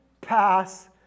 Pass